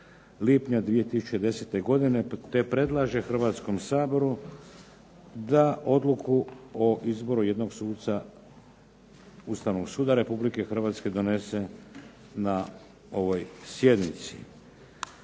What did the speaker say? lipnja 2010. godine. TE predlaže Hrvatskom saboru da Odluku o izboru jednog suca Ustavnog suda Republike Hrvatske donese na ovoj sjednici.